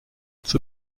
zur